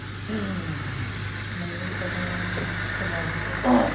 मैगं थाइगंफोराबोथ'